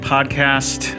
Podcast